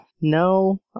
no